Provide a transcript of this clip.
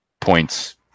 points